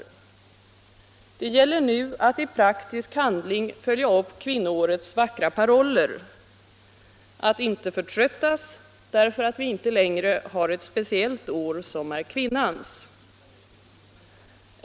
= I Det gäller nu att i praktisk handling följa upp kvinnoårets vackra paroller, — Jämställdhetsfrågor att inte förtröttas därför att vi inte längre har ett speciellt år som är — m.m. kvinnans.